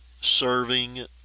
serving